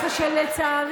אתה מבין,